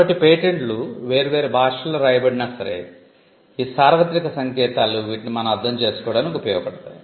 కాబట్టి పేటెంట్లు వేర్వేరు భాషలలో వ్రాయబడినా సరే ఈ సార్వత్రిక సంకేతాలు వీటిని మనం అర్ధం చేసుకోవడానికి సహాయపడతాయి